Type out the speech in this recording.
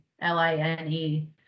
L-I-N-E